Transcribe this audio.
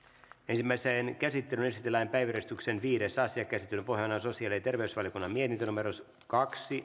ensimmäiseen käsittelyyn esitellään päiväjärjestyksen viides asia käsittelyn pohjana on sosiaali ja terveysvaliokunnan mietintö kaksi